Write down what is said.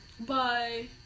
Bye